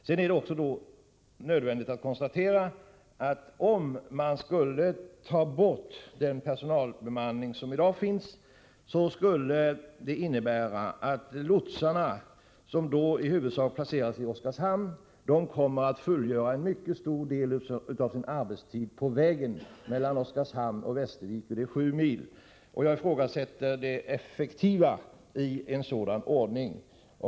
Sedan är det nödvändigt att konstatera att om man skulle ta bort den nuvarande bemanningen på Idö, skulle det innebära att de lotsar som i huvudsak placeras i Oskarshamn skulle få tillbringa en mycket stor del av sin arbetstid på den 7 mil långa sträckan mellan Oskarshamn och Västervik. Jag ifrågasätter det effektiva i en sådan ordning.